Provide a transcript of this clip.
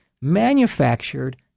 manufactured